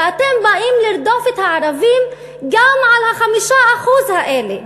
ואתם באים לרדוף את הערבים גם על 5% האלה,